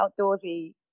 outdoorsy